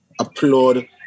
applaud